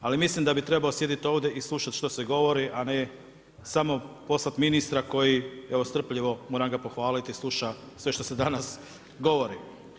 Ali mislim da bi trebao sjediti ovdje i slušati što se govori, a ne samo poslati ministra koji evo strpljivo, moram ga pohvaliti, sluša sve što se danas govori.